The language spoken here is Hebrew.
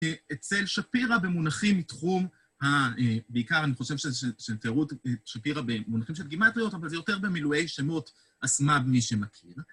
אצל שפירא במונחים תחום בעיקר, אני חושב שזה תיארו שפירא במונחים של גימטריות אבל זה יותר במילואי שמות אסמה במי שמכיר.